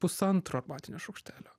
pusantro arbatinio šaukštelio